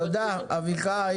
תודה, אביחי.